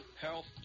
health